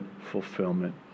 fulfillment